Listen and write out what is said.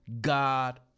God